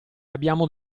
abbiamo